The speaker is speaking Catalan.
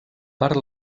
per